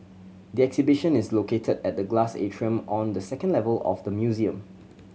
the exhibition is located at the glass atrium on the second level of the museum